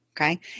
Okay